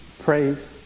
praise